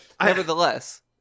nevertheless